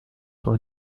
sont